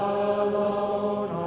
alone